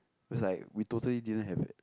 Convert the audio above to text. because like we totally didn't have